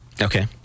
Okay